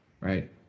right